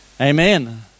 Amen